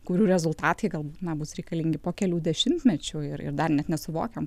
kurių rezultatai gal na bus reikalingi po kelių dešimtmečių ir ir dar net nesuvokiam